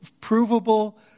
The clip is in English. provable